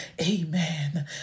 Amen